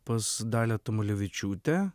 pas dalią tamulevičiūtę